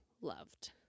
loved